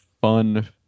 fun